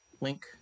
Link